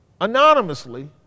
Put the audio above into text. anonymously